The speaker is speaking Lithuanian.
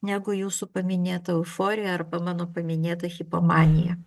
negu jūsų paminėta euforija arba mano paminėta hipomanija